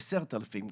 10,000,